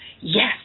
Yes